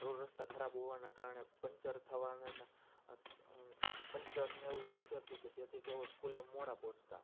row રસ્તા ખરાબ હોવાના કારણે પંચર થવાનાં પંચર ને એવું થઈ જતું કે જેથી તેઓ સ્કૂલે મોડા પહોંચતા